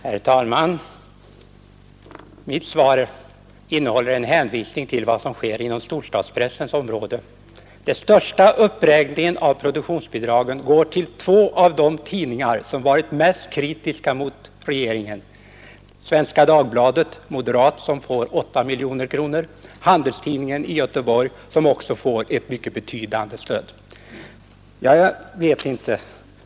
Herr talman! Mitt svar innehåller en hänvisning till vad som sker på storstadspressens område. Den största uppräkningen av produktionsbidragen går till två av de tidningar som varit mest kritiska mot regeringen, nämligen Svenska Dagbladet, moderat, som får 8 miljoner kronor, och Handelstidningen i Göteborg, som också får ett mycket betydande stöd.